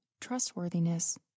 trustworthiness